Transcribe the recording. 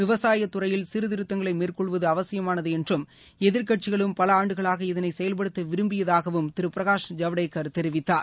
விவசாய துறையில் சீர்திருத்தங்களை மேற்கொள்வது அவசியமானது என்றும் எதிர்க்கட்சிகளும் பல ஆண்டுகளாக இதனை செயல்படுத்த விரும்பியதாகவும் திரு பிரகாஷ் ஜவடேக்கர் தெரிவித்தார்